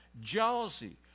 jealousy